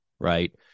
Right